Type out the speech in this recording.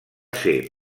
ser